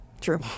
True